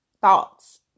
thoughts